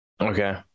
okay